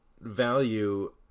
value